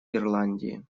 ирландии